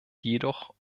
jedoch